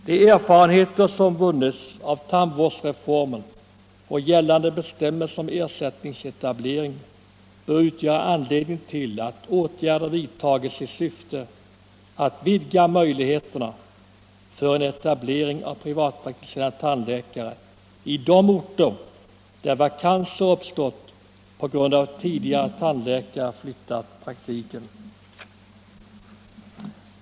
De erfarenheter som vunnits av tandvårdsreformen och gällande bestämmelser om ersättningsetablering bör utgöra anledning till att åtgärder vidtages i syfte att vidga möjligheterna för en etablering av privatpraktiserande tandläkare i de orter där vakanser uppstått på grund av att tidigare tandläkare flyttat praktiken.